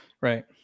Right